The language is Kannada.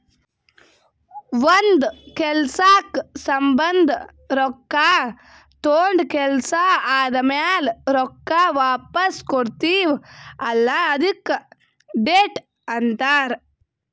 ಒಂದ್ ಕೆಲ್ಸಕ್ ಸಂಭಂದ ರೊಕ್ಕಾ ತೊಂಡ ಕೆಲ್ಸಾ ಆದಮ್ಯಾಲ ರೊಕ್ಕಾ ವಾಪಸ್ ಕೊಡ್ತೀವ್ ಅಲ್ಲಾ ಅದ್ಕೆ ಡೆಟ್ ಅಂತಾರ್